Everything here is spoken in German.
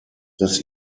dass